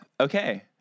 Okay